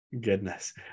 Goodness